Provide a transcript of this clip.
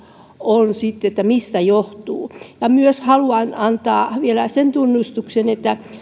on että mistä johtuu ja myös haluan antaa vielä sen tunnustuksen kun on